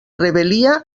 rebel·lia